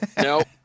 Nope